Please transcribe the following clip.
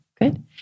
good